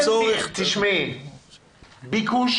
ביקוש